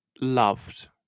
loved